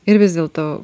ir vis dėlto